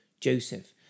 Joseph